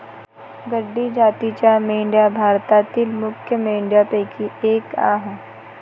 गड्डी जातीच्या मेंढ्या भारतातील मुख्य मेंढ्यांपैकी एक आह